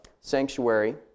sanctuary